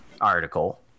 article